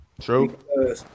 True